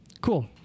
Cool